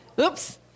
Oops